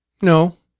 no.